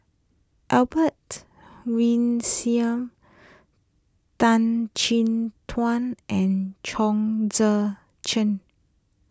Albert Tan Chin Tuan and Chong Tze Chien